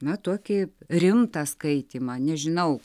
na tokį rimtą skaitymą nežinau